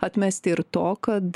atmesti ir to kad